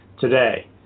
today